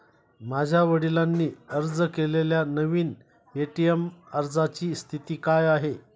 माझ्या वडिलांनी अर्ज केलेल्या नवीन ए.टी.एम अर्जाची स्थिती काय आहे?